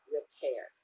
repair